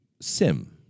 sim